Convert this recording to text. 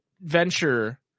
venture